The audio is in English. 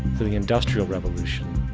to the industrial revolution,